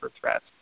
threats